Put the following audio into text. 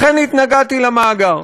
לכן התנגדתי למאגר.